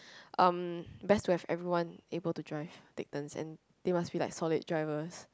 um best to have everyone able to drive take turns and they must be like solid drivers